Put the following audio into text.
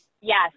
yes